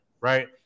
Right